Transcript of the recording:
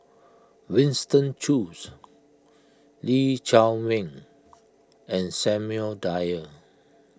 Winston Choos Lee Chiaw Meng and Samuel Dyer